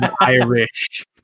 Irish